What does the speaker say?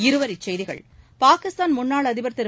இருவரிச் செய்திகள் பாகிஸ்தான் முன்னாள் அதிபர் திரு